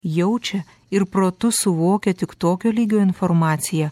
jaučia ir protu suvokia tik tokio lygio informaciją